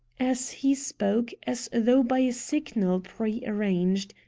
as he spoke, as though by a signal prearranged,